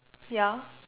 ya